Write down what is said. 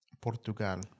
Portugal